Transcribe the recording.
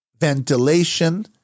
ventilation